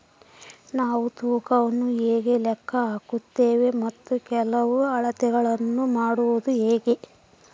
ನಾವು ತೂಕವನ್ನು ಹೇಗೆ ಲೆಕ್ಕ ಹಾಕುತ್ತೇವೆ ಮತ್ತು ಕೆಲವು ಅಳತೆಗಳನ್ನು ಮಾಡುವುದು ಹೇಗೆ?